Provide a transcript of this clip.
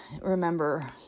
remember